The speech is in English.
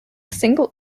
single